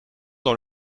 dans